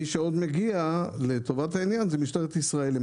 מי שעוד מגיע לטובת העניין זו משטרת ישראל.